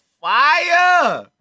fire